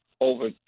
over